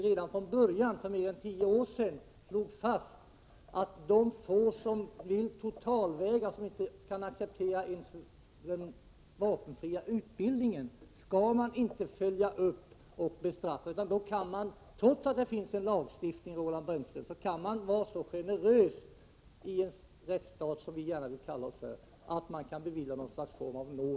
Redan från början, för mer än tio år sedan, slog vi fast att de få som vill totalvägra och inte kan acceptera ens den vapenfria utbildningen inte bör följas upp och bestraffas. Trots att det finns en lagstiftning kan man, Roland Brännström, vara så generös i en rättsstat, som vi gärna vill kalla Sverige för, att man kan bevilja någon form av nåd eller liknande.